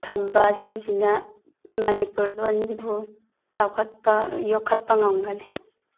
ꯊꯝꯕ ꯁꯤꯁꯤꯅ ꯃꯅꯤꯄꯨꯔ ꯂꯣꯟꯁꯤꯕꯨ ꯆꯥꯎꯈꯠꯄ ꯌꯣꯈꯠꯄ ꯉꯝꯒꯅꯤ